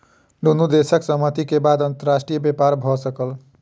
दुनू देशक सहमति के बाद अंतर्राष्ट्रीय व्यापार भ सकल